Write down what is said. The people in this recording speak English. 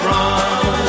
Run